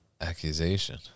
Accusation